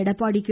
Edappadi K